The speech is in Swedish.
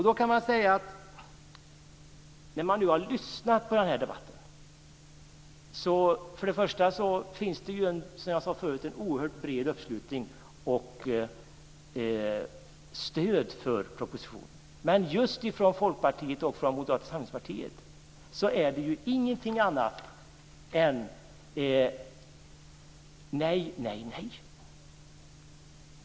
Efter att ha lyssnat på den här debatten kan jag först och främst säga att det finns en oerhört bred uppslutning kring och ett brett stöd för propositionen. Men just från Folkpartiet och Moderata samlingspartiet är det ingenting annat än nej, nej, nej.